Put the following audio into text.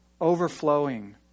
overflowing